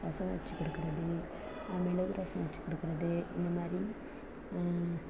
ரசம் வச்சி கொடுக்கறது மிளகு ரசம் வச்சிக்குடுக்கறது இந்த மாதிரி